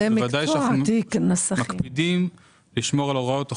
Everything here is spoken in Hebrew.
בוודאי שאנחנו מקפידים לשמור על הוראות החוק,